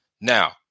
now